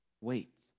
wait